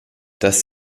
dass